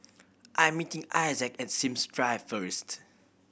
I'm meeting Isaac at Sims Drive first